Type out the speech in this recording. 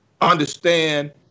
understand